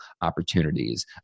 opportunities